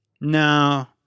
No